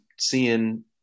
seeing